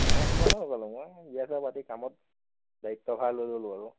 নাই ক'ৰ নো গলোঁ মই বিয়া চিয়া পাতি কামত দায়িত্বভাৰ লৈ ললোঁ আৰু